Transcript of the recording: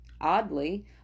Oddly